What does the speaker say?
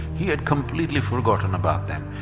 he had completely forgotten about them.